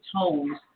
tones